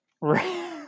Right